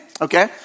okay